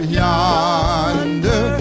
yonder